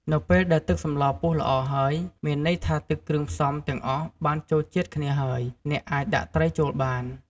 នៅពេលដែល ទឹកសម្លពុះល្អ ហើយ មានន័យថាទឹកគ្រឿងផ្សំទាំងអស់បានចូលជាតិគ្នាហើយ អ្នកអាច ដាក់ត្រីចូលបាន។